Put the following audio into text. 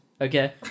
Okay